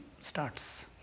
starts